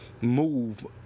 move